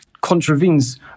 contravenes